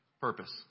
purpose